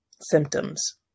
symptoms